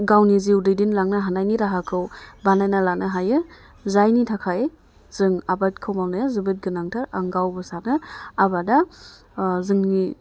गावनि जिउ दैदेनलांनो हानायनि राहाखौ बानायना लानो हायो जायनि थाखाय जों आबादखौ मावनाया जोबोद गोनांथार आं गावबो सानो आबादा जोंनि